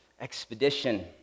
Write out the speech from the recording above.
expedition